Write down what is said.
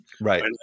right